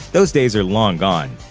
those days are long gone.